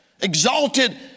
Exalted